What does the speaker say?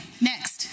next